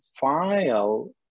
file